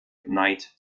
knight